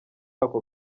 ako